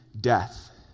death